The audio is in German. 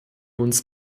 uns